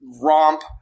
romp